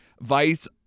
Vice